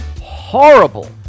horrible